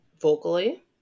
Vocally